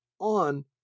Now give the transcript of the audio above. on